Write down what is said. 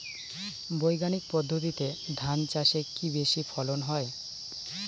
বৈজ্ঞানিক পদ্ধতিতে ধান চাষে কি বেশী ফলন হয়?